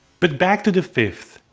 but back to the fifth.